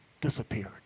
disappeared